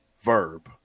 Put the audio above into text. verb